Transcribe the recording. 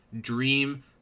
dream